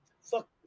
Fuck